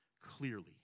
Clearly